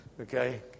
Okay